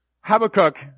Habakkuk